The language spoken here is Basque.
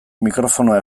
mikrofonoa